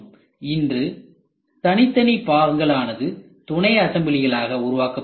இன்று தனித்தனி பாகங்கள் ஆனது துணைஅசம்பிளிகளாக உருவாக்கப்படுகிறது